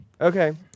Okay